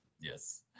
Yes